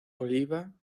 oliva